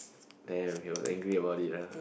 damn he was angry about it lah